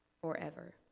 forever